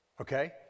okay